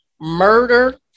murder